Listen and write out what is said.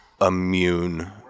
immune